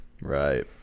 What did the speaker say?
right